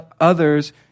others